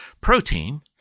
protein